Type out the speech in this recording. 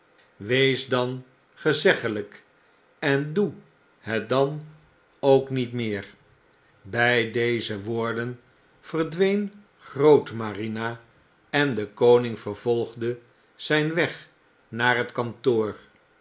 wees dan gezeggelyk en doe het dan ook niet meer bij deze woorden verdween grootmarina en de koning vervolgde zyn weg naar het kantoor